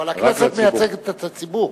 אבל הכנסת מייצגת את הציבור.